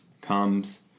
comes